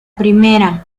primera